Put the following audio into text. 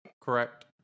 Correct